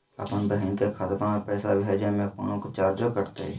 अपन बहिन के खतवा में पैसा भेजे में कौनो चार्जो कटतई?